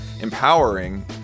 empowering